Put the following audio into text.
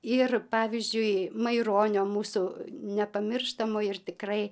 ir pavyzdžiui maironio mūsų nepamirštamo ir tikrai